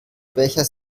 becher